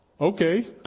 okay